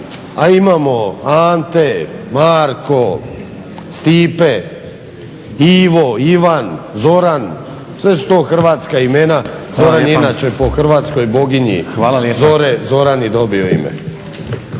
a imamo Ante, Marko, Stipe, Ivo, Ivan, Zoran sve su to hrvatska imena koja inače po hrvatskoj boginji zore Zoran i dobio ime.